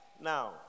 Now